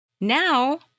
Now